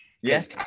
yes